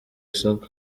isoko